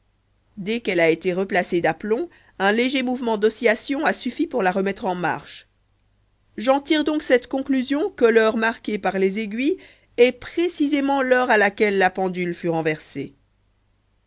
dès qu'elle a été replacée d'aplomb un léger mouvement d'oscillation a suffi pour la remettre en marche j'en tire donc cette conclusion que l'heure marquée par les aiguilles est précisément l'heure à laquelle la pendule fut renversée